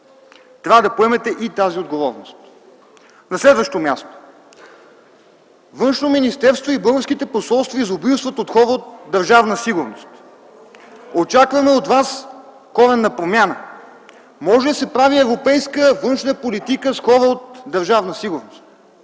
Трябва да поемете и тази отговорност. На следващо място, Външно министерство и българските посолства изобилстват от хора от Държавна сигурност. Очакваме от Вас коренна промяна. Може ли да се прави европейска външна политика с хора от Държавна сигурност?